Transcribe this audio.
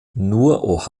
nur